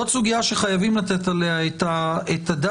זו סוגיה שחייבים לתת עליה את הדעת.